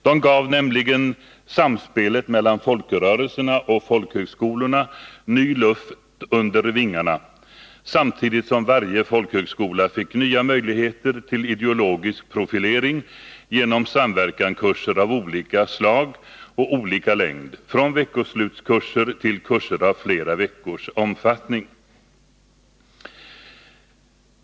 De gav nämligen samspelet mellan folkrörelserna och folkhögskolorna ny luft under vingarna, samtidigt som varje folkhögskola fick nya möjligheter till ideologisk profilering genom samverkanskurser av olika slag och längd — från veckoslutskurser till kurser omfattande flera veckor.